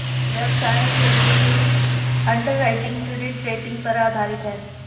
व्यवसायों के लिए ऋण अंडरराइटिंग क्रेडिट रेटिंग पर आधारित है